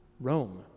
Rome